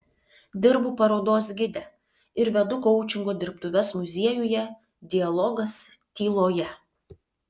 dirbu parodos gide ir vedu koučingo dirbtuves muziejuje dialogas tyloje